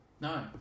No